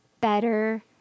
better